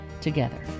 together